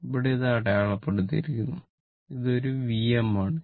ഇവിടെ ഇത് അടയാളപ്പെടുത്തിയിരിക്കുന്നു ഇത് ഒരു Vm ആണ്